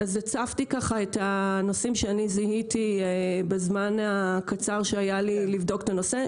הצפתי ככה את הנושאים שאני זיהיתי בזמן הקצר שהיה לי לבדוק את הנושא.